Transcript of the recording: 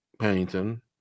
Pennington